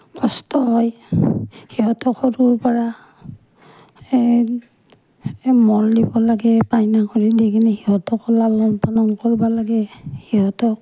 কষ্ট হয় সিহঁতক সৰুৰ পৰা এই সিহঁতকো লালন পালন কৰিব লাগে সিহঁতক